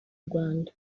rwanda